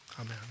Amen